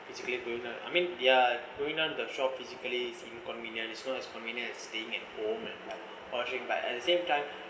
basically I mean they're going down the shop physically is inconvenient it's not as convenient as staying at home and watching but at the same time